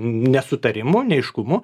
nesutarimų neaiškumu